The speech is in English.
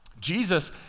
Jesus